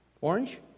Orange